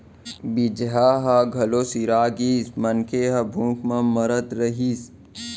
बीजहा ह घलोक सिरा गिस, मनखे ह भूख म मरत रहिस